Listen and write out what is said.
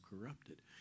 corrupted